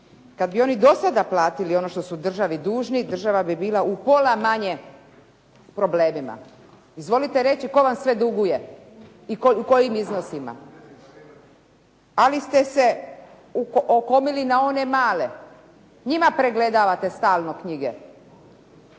Kad bi oni do sada platili ono što su državi dužni, država bi bila u pola manje problemima. Izvolite reći tko vam sve duguje i u kojim iznosima, ali ste se okomili na one male. Njima pregledavate stalno knjige.